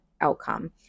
outcome